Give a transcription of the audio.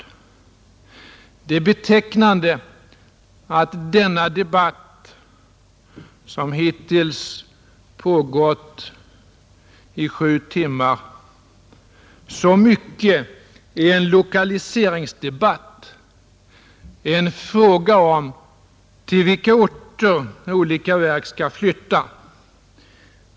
Det är betecknande att denna debatt, som hittills pågått i sju timmar, så mycket är en lokaliseringsdebatt, en fråga om till vilka orter olika verk skall flytta.